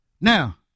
Now